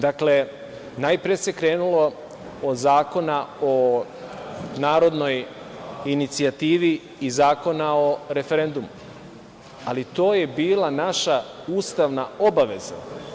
Najpre se krenulo od Zakona o narodnoj inicijativi i Zakona o referendumu, ali to je bila naša ustavna obaveza.